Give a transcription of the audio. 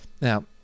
Now